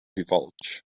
divulge